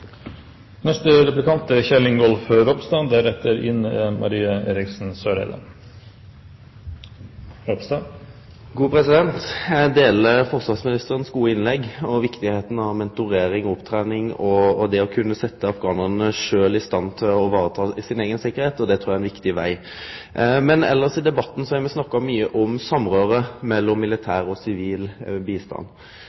deler forsvarsministerens gode innlegg og viktigheita av mentorering og opptrening og det å kunne setje afghanarane sjølve i stand til å ta vare på sin eigen tryggleik. Det trur eg er ein viktig veg. Men elles i debatten har me snakka mykje om samrøre mellom